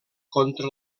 contra